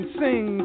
sing